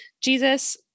jesus